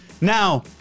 Now